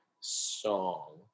song